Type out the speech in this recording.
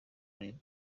imirimo